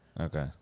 Okay